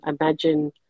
imagine